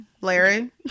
Larry